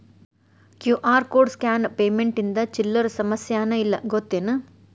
QR code scan payment ಇಂದ ಚಿಲ್ಲರ್ ಸಮಸ್ಯಾನ ಇಲ್ಲ ಗೊತ್ತೇನ್?